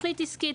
תכנית עסקית.